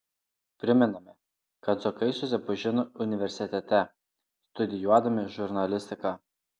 primename kad zuokai susipažino universitete studijuodami žurnalistiką